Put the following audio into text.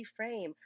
reframe